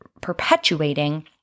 perpetuating